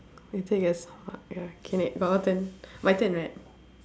later yes oh my god okay ne~ your your turn my turn right